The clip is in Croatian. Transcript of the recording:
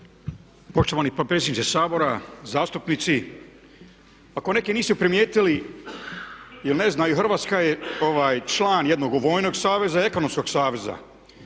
Poštovani potpredsjedniče Sabora, zastupnici. Ako neki nisu primijetili ili ne znaju Hrvatska je član jednog vojnog saveza i ekonomskog saveza